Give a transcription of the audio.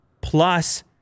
plus